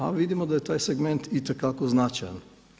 A vidimo da je taj segment itekako značajan.